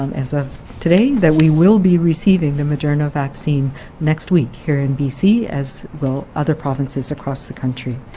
um as of today, that we will be receiving the moderna vaccine next week here in bc, as will other provinces across the country.